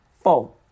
four